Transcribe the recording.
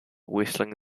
whistling